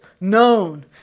known